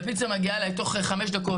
והפיצה או כל שליח אחר מגיעים לבית תוך חמש דקות,